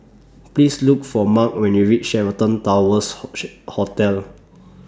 Please Look For Marc when YOU REACH Sheraton Towers Hotel